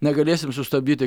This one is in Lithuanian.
negalėsim sustabdyti